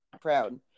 proud